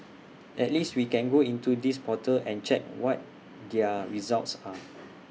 at least we can go into this portal and check what their results are